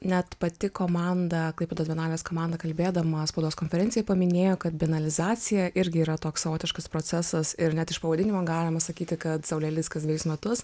net pati komanda klaipėdos bienalės komanda kalbėdama spaudos konferencijoj paminėjo kad bienalizacija irgi yra toks savotiškas procesas ir net iš pavadinimo galima sakyti kad saulėlydis kas dvejus metus